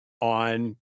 on